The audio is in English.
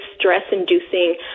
stress-inducing